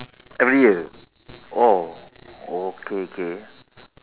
every year oh okay okay